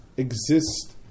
Exist